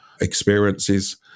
experiences